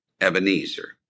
Ebenezer